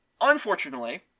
Unfortunately